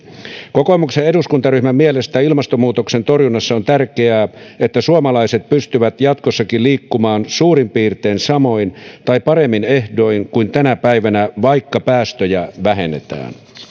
kokoomuksen eduskuntaryhmän mielestä ilmastonmuutoksen torjunnassa on tärkeää että suomalaiset pystyvät jatkossakin liikkumaan suurin piirtein samoin tai paremmin ehdoin kuin tänä päivänä vaikka päästöjä vähennetään